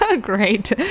Great